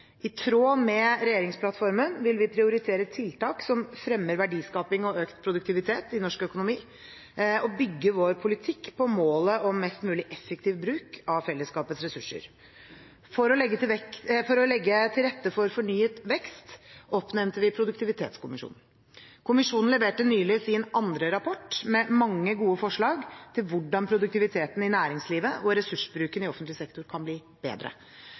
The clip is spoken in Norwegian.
I tråd med regjeringsplattformen vil vi prioritere tiltak som fremmer verdiskaping og økt produktivitet i norsk økonomi, og bygge vår politikk på målet om en mest mulig effektiv bruk av fellesskapets ressurser. For å legge til rette for fornyet vekst oppnevnte vi Produktivitetskommisjonen. Kommisjonen leverte nylig sin andre rapport, med mange gode forslag til hvordan produktiviteten i næringslivet og ressursbruken i offentlig sektor kan bli bedre.